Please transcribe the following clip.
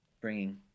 bringing